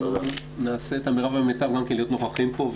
אנחנו נעשה את המרב והמיטב רק כדי להיות נוכחים פה,